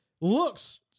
looks